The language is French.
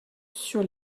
sur